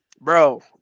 Bro